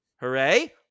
Hooray